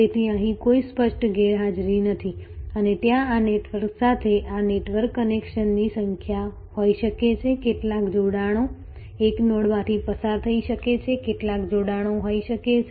તેથી અહીં કોઈ સ્પષ્ટ ગેરહાજરી નથી અને ત્યાં આ નેટવર્ક સાથે આ નેટવર્ક કનેક્શન્સની સંખ્યા હોઈ શકે છે કેટલાક જોડાણો એક નોડમાંથી પસાર થઈ શકે છે કેટલાક જોડાણો હોઈ શકે છે